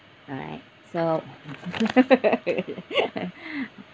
right so